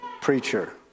preacher